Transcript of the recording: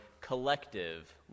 collective